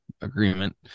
agreement